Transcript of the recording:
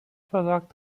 versagt